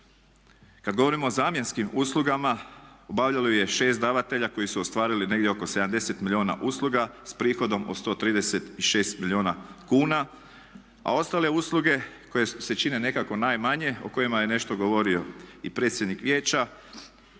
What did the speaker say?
Kada govorimo o zamjenskim uslugama, obavljalo ih je 6 davatelja koji su ostvarili negdje oko 70 milijuna usluga s prihodom od 136 milijuna kuna a ostale usluge koje se čine nekako najmanje, o kojima je nešto govorio i predsjednik vijeća